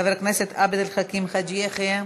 חבר הכנסת עבד אל חכים חאג' יחיא,